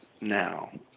now